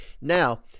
Now